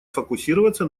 фокусироваться